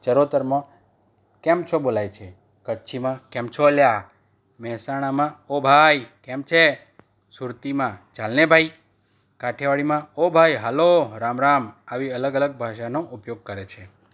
ચરોતરમાં કેમ છો બોલાય છે કચ્છીમાં કેમ છો અલ્યા મહેસાણામાં ઓ ભાઈ કેમ છે સુરતીમાં ચાલને ભાઈ કાઠિયાવાડીમાં ઓ ભાઈ હાલો રામ રામ આવી અલગ અલગ ભાષાનો ઉપયોગ કરે છે